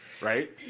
right